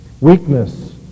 Weakness